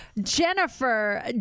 Jennifer